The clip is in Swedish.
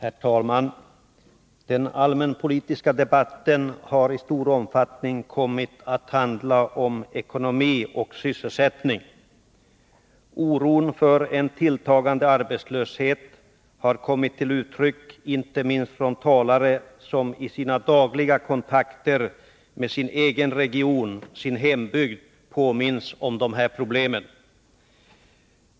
Herr talman! Den allmänpolitiska debatten har i stor omfattning kommit att handla om ekonomi och sysselsättning. Oron för en tilltagande arbetslöshet har kommit till uttryck inte minst hos talare som i sina dagliga kontakter med sin egen region, sin hembygd, påminns om de här problemen.